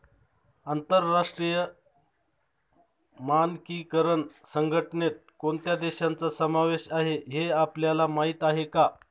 आंतरराष्ट्रीय मानकीकरण संघटनेत कोणत्या देशांचा समावेश आहे हे आपल्याला माहीत आहे का?